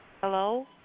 Hello